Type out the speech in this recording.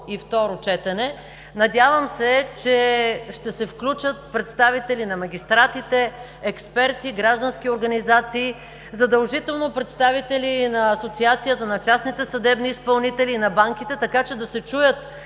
и второ четене. Надявам се, че ще се включат представители на магистратите, експерти, граждански организации, задължително представители на Асоциацията на частните съдебни изпълнители и на банките, така че да се чуят